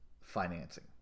financing